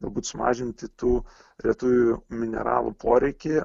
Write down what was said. galbūt sumažinti tų retųjų mineralų poreikį